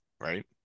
right